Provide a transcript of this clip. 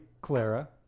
Clara